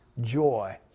joy